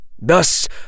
Thus